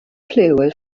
plural